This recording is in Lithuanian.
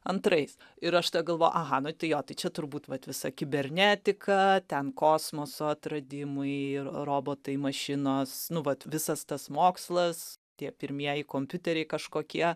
antrais ir aš ta galvoju aha nu jo tai čia turbūt vat visa kibernetika ten kosmoso atradimai ir robotai mašinos nu vat visas tas mokslas tie pirmieji kompiuteriai kažkokie